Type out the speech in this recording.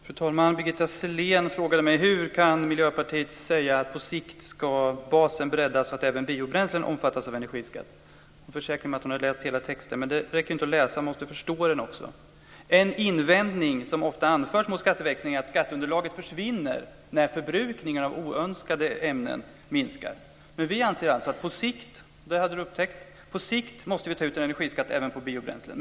Fru talman! Birgitta Sellén frågade mig: Hur kan Miljöpartiet säga att på sikt ska basen breddas så att även biobränslen omfattas av energiskatt? Hon försäkrade mig att hon läst hela texten. Men det räcker inte med att läsa, man måste förstå den också. En invändning som ofta anförs mot skatteväxling är att skatteunderlaget försvinner när förbrukningen av oönskade ämnen minskar. Vi anser alltså - och det hade Birgitta Sellén upptäckt - att vi på sikt måste ta ut en energiskatt även på biobränslen.